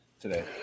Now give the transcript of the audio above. today